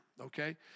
okay